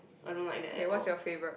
I don't like that at all